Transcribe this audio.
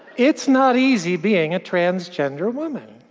it's not easy being a transgender woman.